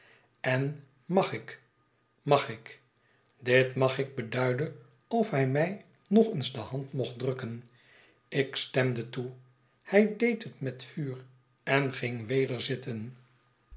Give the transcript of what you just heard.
en mag ik mag ik dit mag ik beduidde of hij mij nog eens de hand mocht drukken ik stemde toe hij deed het met vuur en ging weder zitten